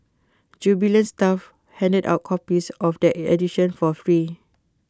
jubilant staff handed out copies of that edition for free